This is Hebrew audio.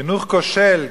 חינוך כושל,